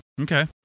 Okay